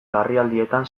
larrialdietan